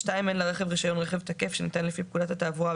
(2)אין לרכב רישיון רכב תקף שניתן לפי פקודת התעבורה,